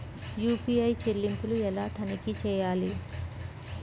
UPI చెల్లింపులు ఎలా తనిఖీ చేయాలి?